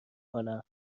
کنم